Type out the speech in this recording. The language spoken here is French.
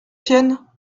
tienne